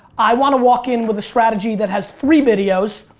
i want to walk in with a strategy that has three videos.